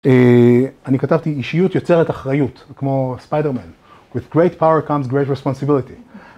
אני כתבתי אישיות יוצרת אחריות, כמו ספיידרמן With great power comes great responsibility